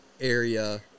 area